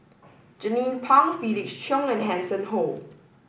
Jernnine Pang Felix Cheong and Hanson Ho